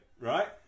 right